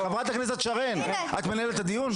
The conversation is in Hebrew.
סליחה, חברת הכנסת שרן, את מנהלת את הדיון?